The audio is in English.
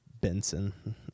Benson